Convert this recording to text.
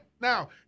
Now